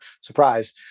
surprise